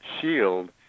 shield